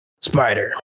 Spider